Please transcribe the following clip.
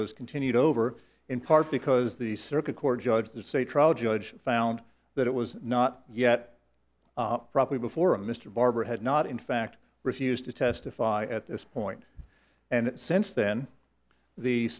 was continued over in part because the circuit court judge this a trial judge found that it was not yet properly before and mr barber had not in fact refused to testify at this point and since then the